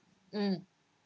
mm